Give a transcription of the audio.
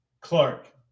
clark